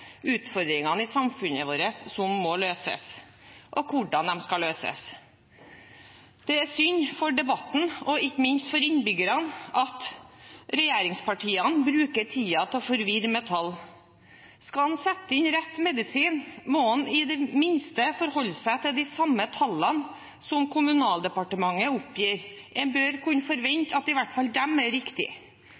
utfordringene i samfunnet vårt som må løses, og hvordan de skal løses. Det er synd for debatten, og ikke minst for innbyggerne, at regjeringspartiene bruker tiden på å forvirre med tall. Skal en sette inn rett medisin, må en i det minste forholde seg til de samme tallene som Kommunaldepartementet oppgir. En bør kunne forvente at i hvert fall de er